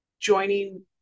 joining